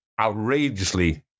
outrageously